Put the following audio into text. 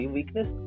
Weakness